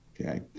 okay